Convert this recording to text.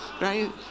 Right